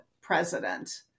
president